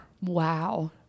Wow